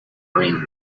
bring